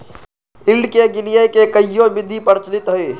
yield के गीनेए के कयहो विधि प्रचलित हइ